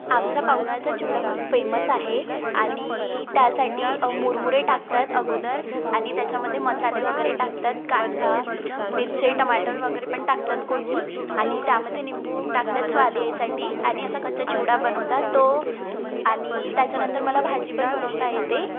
आमच्या पवनारचा चिवडा खूप फेमस आहे आणि त्यासाठी मुरमुरे टाकतात अगोदर आणि त्याच्यामध्ये मसाले वगैरे टाकतात कांदा मिरचे टमाटर वगरे पण टाकतात कोणी त्यामध्ये निंबू टाकतात स्वाद येण्यासाठी आणि असा कच्चा चिवडा बनवता तो आणि त्याच्यानंतर मला भाजी पण बनवता येते